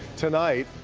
tonight,